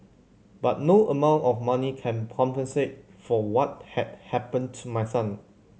but no amount of money can compensate for what had happened to my son